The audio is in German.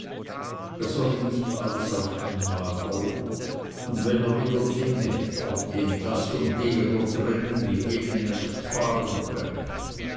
er solle nicht alles auf einmal wollen und wenn er wieder dinge auf die entlassung derer dringen mit denen er nicht fahren könne